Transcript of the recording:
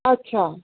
अच्छा